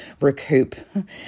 recoup